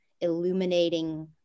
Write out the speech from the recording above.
illuminating